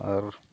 ᱟᱨ